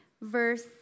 verse